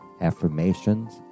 affirmations